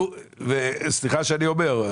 סליחה שאני אומר,